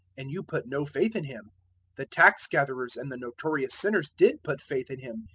and you put no faith in him the tax-gatherers and the notorious sinners did put faith in him,